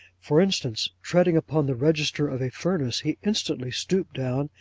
for instance, treading upon the register of a furnace, he instantly stooped down,